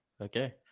Okay